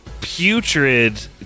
putrid